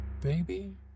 Baby